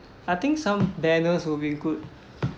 I think some banners will be good